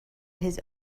his